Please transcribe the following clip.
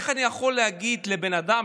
איך אני יכול להגיד לבן אדם,